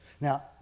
Now